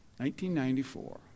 1994